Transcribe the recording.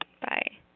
Bye